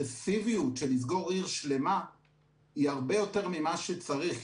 שהאגרסיביות של לסגור עיר שלמה היא הרבה יותר ממה שצריך.